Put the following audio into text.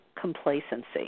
complacency